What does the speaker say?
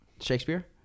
Shakespeare